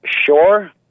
sure